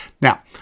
now